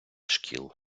шкіл